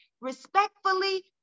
respectfully